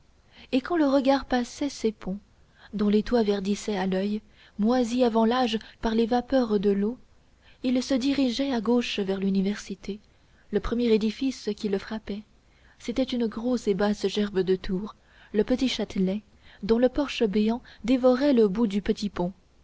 et quand le regard passait ces ponts dont les toits verdissaient à l'oeil moisis avant l'âge par les vapeurs de l'eau s'il se dirigeait à gauche vers l'université le premier édifice qui le frappait c'était une grosse et basse gerbe de tours le petit châtelet dont le porche béant dévorait le bout du petit pont